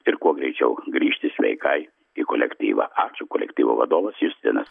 ir kuo greičiau grįžti sveikai į kolektyvą ačiū kolektyvo vadovas justinas